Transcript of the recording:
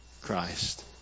Christ